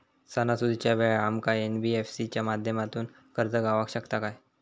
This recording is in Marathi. सणासुदीच्या वेळा आमका एन.बी.एफ.सी च्या माध्यमातून कर्ज गावात शकता काय?